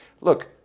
Look